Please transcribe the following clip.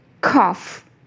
Cough